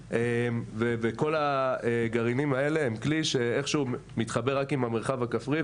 -- וכל הגרעינים האלו הם כלי שאיכשהו מתחבר רק למרחב הכפרי,